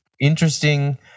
interesting